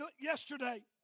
yesterday